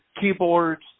keyboards